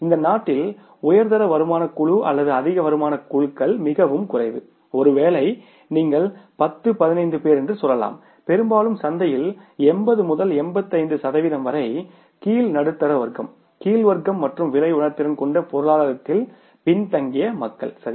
இந்த நாட்டில் உயர் நடுத்தர வருமானக் குழு அல்லது அதிக வருமானக் குழுக்கள் மிகக் குறைவு ஒருவேளை நீங்கள் 1015 பேர் என்று சொல்லலாம் பெரும்பாலும் சந்தையில் 80 85 சதவீதம் பேர் கீழ் நடுத்தர வர்க்கம் கீழ் வர்க்கம் மற்றும் விலை உணர்திறன் கொண்ட பொருளாதாரத்தில் பின்தங்கிய மக்கள் சரியா